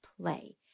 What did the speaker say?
play